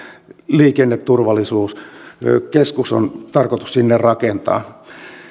liikenneturvallisuuskeskus on tarkoitus sinne rakentaa